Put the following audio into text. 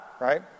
right